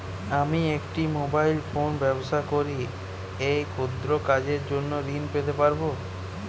আমি একটি মোবাইল ফোনে ব্যবসা করি এই ক্ষুদ্র কাজের জন্য ঋণ পেতে পারব?